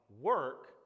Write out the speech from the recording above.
work